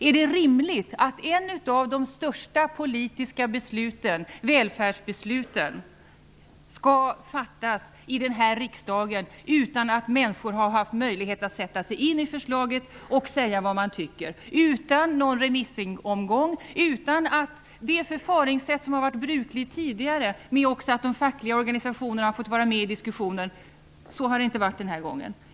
Är det rimligt att ett av de största politiska välfärdsbesluten skall fattas i riksdagen utan att människor har haft möjlighet att sätta sig in i förslaget och säga vad de tycker, utan någon remissomgång och utan det förfaringssätt som varit brukligt tidigare, där också de fackliga organisationerna har fått vara med i diskussionen? Så har det inte varit den här gången.